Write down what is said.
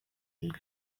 imwe